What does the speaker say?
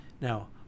Now